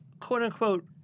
quote-unquote